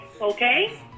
okay